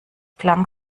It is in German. klang